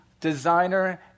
designer